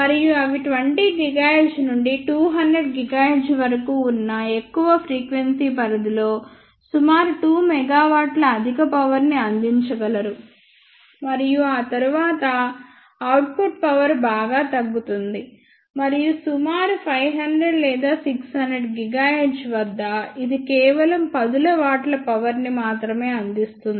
మరియు అవి 20 GHz నుండి 200 GHz వరకు ఉన్న ఎక్కువ ఫ్రీక్వెన్సీ పరిధిలో సుమారు 2 మెగావాట్ల అధిక పవర్ ని అందించగలరు మరియు ఆ తరువాత అవుట్పుట్ పవర్ బాగా తగ్గుతుంది మరియు సుమారు 500 లేదా 600 GHz వద్ద ఇది కేవలం పదుల వాట్ల పవర్ ని మాత్రమే అందిస్తుంది